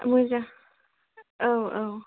औ जा औ औ